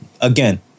again